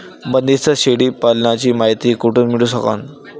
बंदीस्त शेळी पालनाची मायती कुठून मिळू सकन?